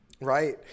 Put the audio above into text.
Right